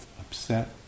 upset